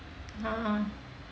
(uh huh)